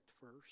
first